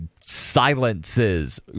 silences